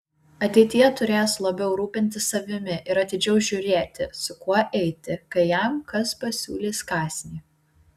ateityje turės labiau rūpintis savimi ir atidžiau žiūrėti su kuo eiti kai jam kas pasiūlys kąsnį